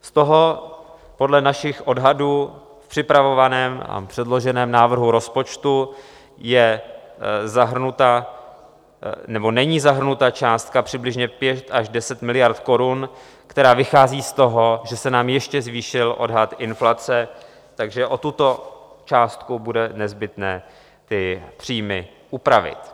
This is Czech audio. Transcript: Z toho podle našich odhadů v připravovaném a předloženém návrhu rozpočtu není zahrnuta částka přibližně 5 až 10 miliard korun, která vychází z toho, že se nám ještě zvýšil odhad inflace, takže o tuto částku bude nezbytné ty příjmy upravit.